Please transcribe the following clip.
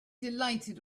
delighted